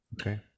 Okay